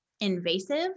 invasive